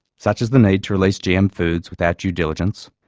such as the need to release gm foods without due diligence,